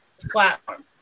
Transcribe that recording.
platform